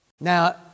Now